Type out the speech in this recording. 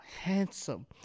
handsome